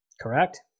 correct